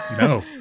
No